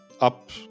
up